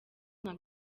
nka